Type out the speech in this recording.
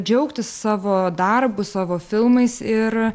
džiaugtis savo darbu savo filmais ir